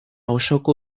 osoko